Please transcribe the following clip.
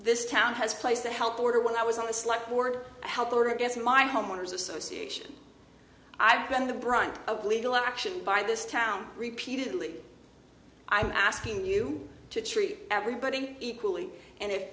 this town has a place to help order when i was on the sly for help or against my homeowners association i've been the brunt of legal action by this town repeatedly i'm asking you to treat everybody equally and if